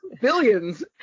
billions